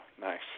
nice